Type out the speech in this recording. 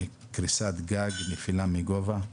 בקריסת גג ונפילה מגובה,